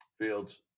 Fields